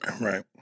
Right